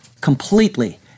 completely